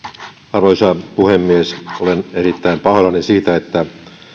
arvoisa puhemies olen erittäin pahoillani siitä että